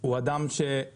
הוא אדם שיש לו